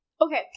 Okay